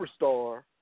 superstar